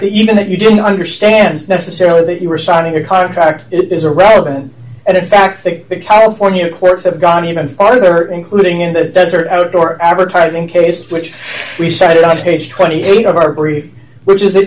that even that you didn't understand necessarily that you were signing a contract it is a relevant and in fact a big pile for me of course have gone even farther including in the desert outdoor advertising case which we said on page twenty eight of our brief which is